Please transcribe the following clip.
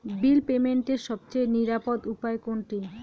বিল পেমেন্টের সবচেয়ে নিরাপদ উপায় কোনটি?